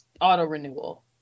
auto-renewal